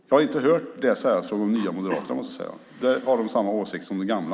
Jag har inte hört Nya moderaterna säga så. De har samma åsikt som de gamla.